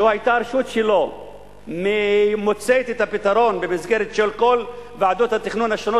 לו היתה הרשות שלו מוצאת את הפתרון במסגרת כל ועדות התכנון השונות,